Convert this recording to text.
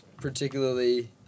particularly